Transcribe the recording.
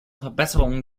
verbesserung